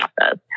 process